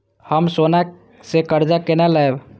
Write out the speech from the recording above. हम सोना से कर्जा केना लैब?